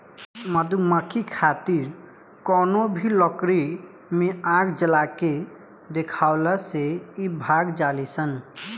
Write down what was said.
मधुमक्खी खातिर कवनो भी लकड़ी में आग जला के देखावला से इ भाग जालीसन